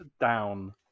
down